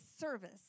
service